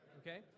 Okay